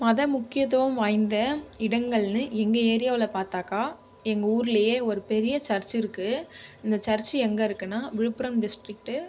மத முக்கியத்துவம் வாய்ந்த இடங்கள்னு எங்கள் ஏரியாவில் பார்த்தாகா எங்கள் ஊர்லேயே ஒரு பெரிய சர்ச் இருக்குது அந்த சர்ச் எங்கே இருக்குதுனா விழுப்புரம் டிஸ்ட்ரிக்ட்